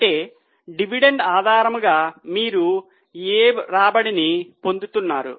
అంటే డివిడెండ్ ఆధారంగా మీరు ఏ రాబడిని పొందుతున్నారు